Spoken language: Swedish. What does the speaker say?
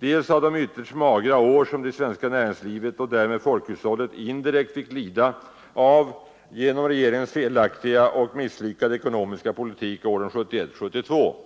dels av de ytterst magra år som det svenska näringslivet och därmed folkhushållet indirekt fick lida av genom regeringens felaktiga och misslyckade ekonomiska politik åren 1971 och 1972.